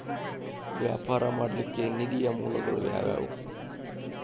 ವ್ಯಾಪಾರ ಮಾಡ್ಲಿಕ್ಕೆ ನಿಧಿಯ ಮೂಲಗಳು ಯಾವ್ಯಾವು?